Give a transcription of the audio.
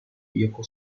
bioko